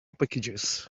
packages